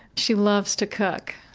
she loves to cook.